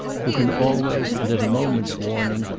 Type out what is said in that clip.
who can always, and at a moment's warning,